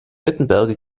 wittenberge